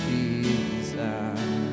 Jesus